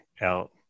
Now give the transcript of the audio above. out